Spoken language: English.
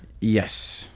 Yes